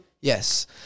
Yes